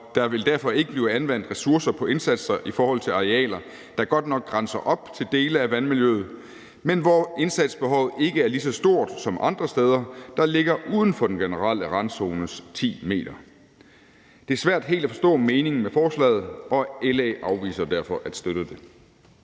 der vil derfor ikke blive anvendt ressourcer på indsatser i forhold til arealer, der godt nok grænser op til dele af vandmiljøet, men hvor indsatsbehovet ikke er lige så stort som andre steder, der ligger uden for den generelle randzones 10 m. Det er svært helt at forstå meningen med forslaget, og LA afviser derfor at støtte det.